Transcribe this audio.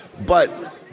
but-